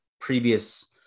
previous